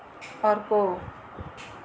अर्को